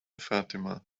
fatima